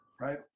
right